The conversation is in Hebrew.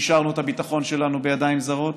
שהשארנו את הביטחון שלנו בידיים זרות,